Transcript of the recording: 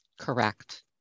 Correct